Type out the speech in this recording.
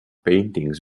paintings